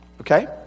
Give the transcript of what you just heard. okay